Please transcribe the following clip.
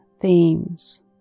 themes